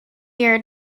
year